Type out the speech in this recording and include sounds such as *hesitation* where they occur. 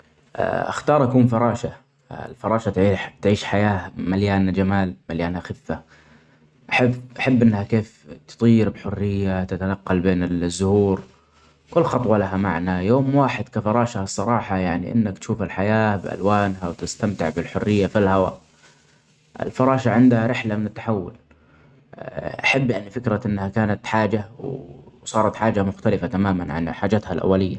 أ اختار أكون فراشة ، الفراشة تعي-تعيش حياة مليانة جمال مليانة خفة ، أح-أحب أنها كيف تطير بحرية تتنقل بين ال- الزهور ، كل خطوة لها معني يوم واحد كفراشة الصراحة يعني أنك تشوف الحياة بألوانها وتستمتع بالحرية في الهواء ، الفراشة غندها رحلة من التحول *hesitation* أحب يعني فكرة أنها كانت حاجة وصارت حاجة مختلفة تماما عن حاجتها الأولية.